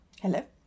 Hello